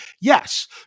Yes